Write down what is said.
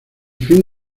fin